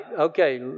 Okay